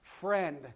friend